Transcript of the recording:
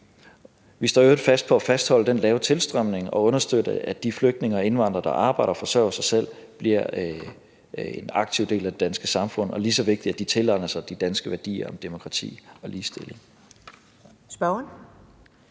i øvrigt fast på at fastholde den lave tilstrømning og på at understøtte, at de flygtninge og indvandrere, der arbejder og forsørger sig selv, bliver en aktiv del af det danske samfund, og – lige så vigtigt – at de tilegner sig de danske værdier om demokrati og ligestilling. Kl.